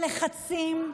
הלחצים,